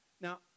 Now